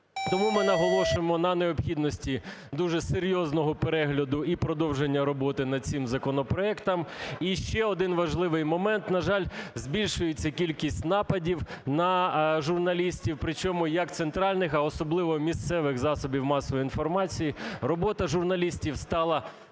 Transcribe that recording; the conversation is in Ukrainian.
тому ми наголошуємо на необхідності дуже серйозного перегляду і продовження роботи над цим законопроектом. І ще один важливий момент. На жаль, збільшується кількість нападів на журналістів, причому як центральних, а особливо місцевих засобів масової інформації. Робота журналістів стала небезпечною,